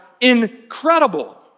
incredible